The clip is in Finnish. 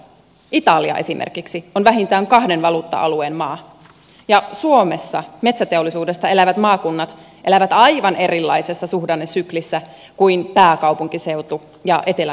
italia esimerkiksi on vähintään kahden valuutta alueen maa ja suomessa metsäteollisuudesta elävät maakunnat elävät aivan erilaisessa suhdannesyklissä kuin pääkaupunkiseutu ja eteläinen suomi